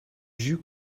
jus